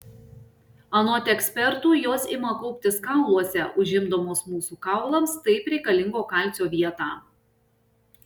anot ekspertų jos ima kauptis kauluose užimdamos mūsų kaulams taip reikalingo kalcio vietą